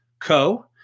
Co